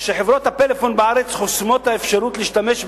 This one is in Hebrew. שחברות הפלאפון בארץ חוסמות את האפשרות להשתמש ב"סקייפ".